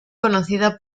conocida